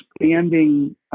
expanding